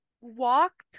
walked